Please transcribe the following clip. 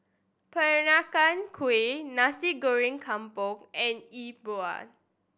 Peranakan Kueh Nasi Goreng Kampung and Yi Bua